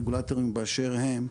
רגולטורים באשר הם,